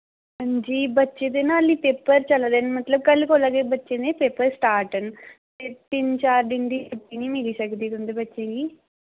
अंजी बच्चें दे न हल्ली पेपर चला दे मतलब कल्ल कोला गै बच्चें दे पेपर स्टार्ट न तिन्न चार दिन दे छुट्टी निं मिली सकदी तुं'दे बच्चें गी